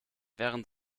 während